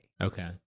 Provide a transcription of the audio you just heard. Okay